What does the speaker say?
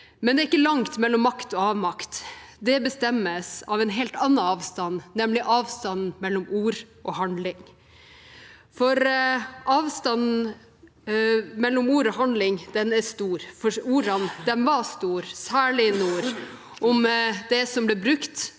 men det er ikke langt mellom makt og avmakt. Det bestemmes av en helt annen avstand, nemlig avstand mellom ord og handling. Avstanden mellom ord og handling er stor, for ordene som ble brukt